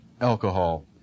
alcohol